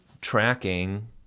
tracking